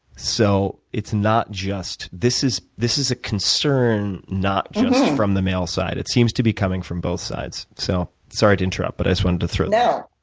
so it's not just this is this is a concern, not just from the male side. it seems to be coming from both sides. so sorry to interrupt, but i just wanted to throw that